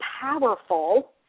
powerful